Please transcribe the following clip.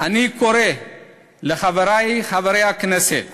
אני קורא לחברי חברי הכנסת